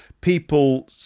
people